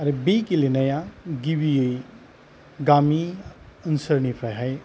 आरो बे गेलेनाया गिबियै गामि ओनसोलनिफ्रायहाय